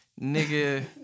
Nigga